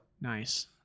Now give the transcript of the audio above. Nice